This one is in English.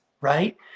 right